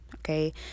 Okay